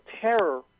terror